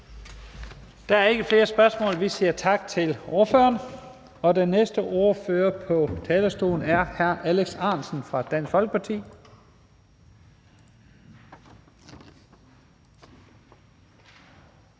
Der er ikke flere spørgsmål. Vi siger tak til ordføreren. Den næste ordfører på talerstolen er hr. Alex Ahrendtsen fra Dansk Folkeparti.